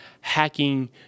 hacking